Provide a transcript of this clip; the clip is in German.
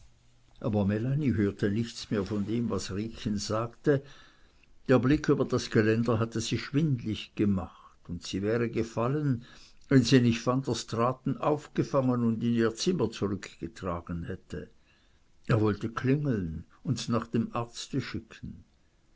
aber melanie hörte nichts mehr von dem was riekchen sagte der blick über das geländer hatte sie schwindlig gemacht und sie wäre gefallen wenn sie nicht van der straaten aufgefangen und in ihr zimmer zurückgetragen hätte er wollte klingeln und nach dem arzte schicken